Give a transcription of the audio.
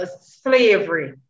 slavery